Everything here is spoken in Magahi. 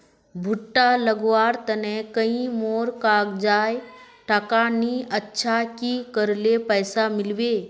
भुट्टा लगवार तने नई मोर काजाए टका नि अच्छा की करले पैसा मिलबे?